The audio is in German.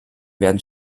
werden